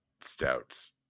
stouts